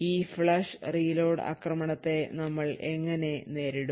ഈ flush reload ആക്രമണത്തെ നമ്മൾ എങ്ങനെ നേരിടും